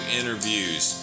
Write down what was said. interviews